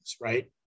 right